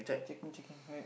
checking checking wait